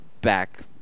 back